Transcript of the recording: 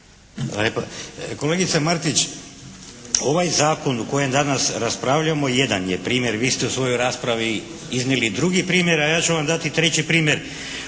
Kolegice Martić, ovaj zakon o kojem danas raspravljamo jedan je. Primjer, vi ste u svojoj raspravi iznijeli drugi primjer, a ja ću vam dati treći primjer